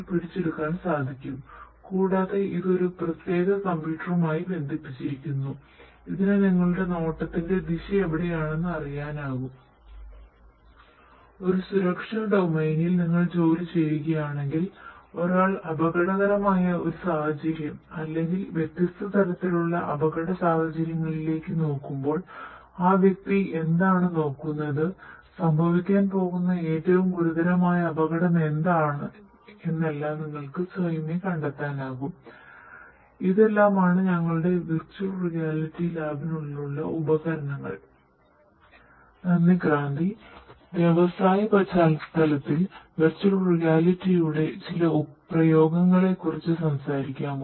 നന്ദി ക്രാന്തി വ്യാവസായ പശ്ചാത്തലത്തിൽ വെർച്വൽ റിയാലിറ്റിയുടെ ചില പ്രയോഗങ്ങളെക്കുറിച്ചു സംസാരിക്കാമോ